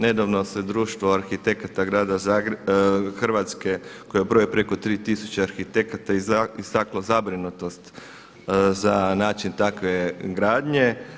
Nedavno se Društvo arhitekata Grada Zagreba, Hrvatske koje broje preko 3 tisuće arhitekata istaklo zabrinutost za način takve gradnje.